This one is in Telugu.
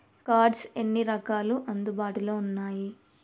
కార్డ్స్ ఎన్ని రకాలు అందుబాటులో ఉన్నయి?